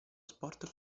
sport